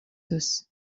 sos